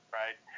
right